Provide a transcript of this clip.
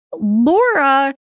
Laura